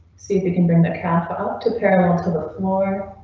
see if you can bring the calf up to parallel to the floor.